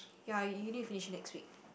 ya you you need to finish it next week